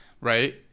right